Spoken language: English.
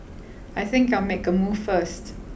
I think I'll make a move first